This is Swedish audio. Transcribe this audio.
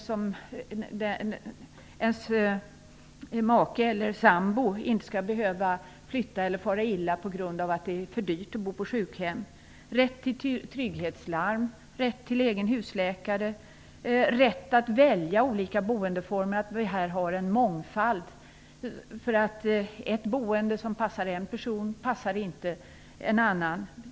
Maken eller sambon skall inte behöva flytta eller fara illa på grund av att det är för dyrt att bo på sjukhem. Man skall ha rätt till trygghetslarm, rätt till en egen husläkare och rätt att välja olika boendeformer. Det skall finnas en mångfald. Ett boende som passar en person kanske inte passar en annan.